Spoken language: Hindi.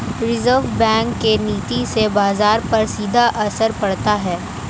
रिज़र्व बैंक के नीति से बाजार पर सीधा असर पड़ता है